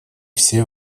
все